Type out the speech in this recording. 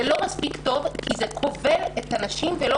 זה לא מספיק טוב כי זה כובל את הנשים ולא